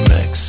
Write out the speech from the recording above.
Mix